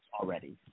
already